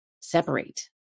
Separate